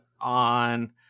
on